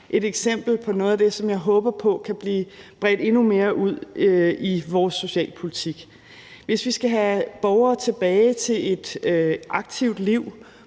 et eksempel på noget af det, som jeg håber på kan blive bredt endnu mere ud i vores socialpolitik. Hvis vi skal have borgere tilbage til et aktivt liv,